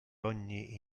ogni